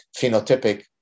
phenotypic